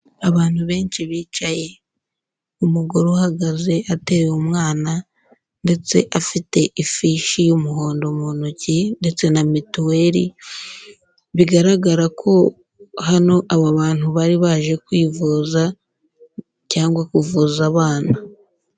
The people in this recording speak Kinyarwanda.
Abantu benshi bicaye, umugore uhagaze ateruye umwana ndetse afite ifishi y'umuhondo mu ntoki ndetse na mituweli, bigaragara ko hano abo bantu bari baje kwivuza cyangwa kuvuza abana.